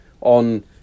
on